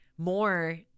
More